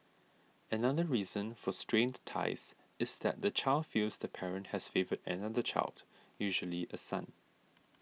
another reason for strained ties is that the child feels the parent has favoured another child usually a son